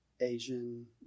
Asian